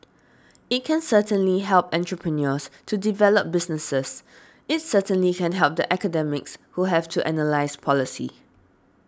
it can certainly help entrepreneurs to develop businesses it's certainly can help the academics who have to analyse policy